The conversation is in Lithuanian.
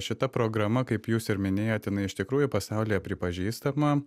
šita programa kaip jūs ir minėjot jinai iš tikrųjų pasaulyje pripažįstama